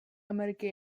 ameriky